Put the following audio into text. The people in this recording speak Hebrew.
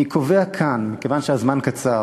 אני קובע כאן, כיוון שהזמן קצר